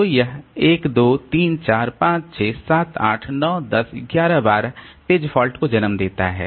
तो यह 1 2 3 4 5 6 7 8 9 10 11 12 page fault को जन्म देता है